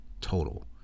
total